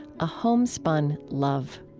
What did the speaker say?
a homespun love.